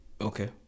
Okay